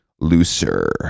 looser